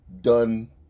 done